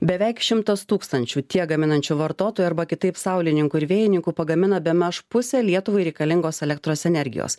beveik šimtas tūkstančių tiek gaminančių vartotoju arba kitaip saulininkų ir vėjininkų pagamina bemaž pusę lietuvai reikalingos elektros energijos